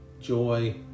joy